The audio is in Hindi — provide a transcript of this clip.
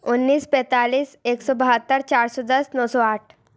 उन्नीस तैंतालीस एक सौ बहत्तर चार सौ दस नौ सौ आठ